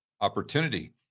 opportunity